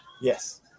Yes